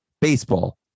baseball